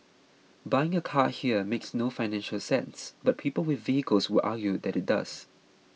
buying a car here makes no financial sense but people with vehicles will argue that it does